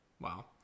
Wow